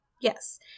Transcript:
Yes